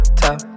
top